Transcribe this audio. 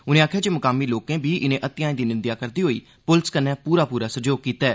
उनें आखेआ जे मुकामी लोकें बी इनें हत्तेआएं दी निंदेआ करदे होई पुलस कन्नै पूरा पूरा सैह्योग कीता ऐ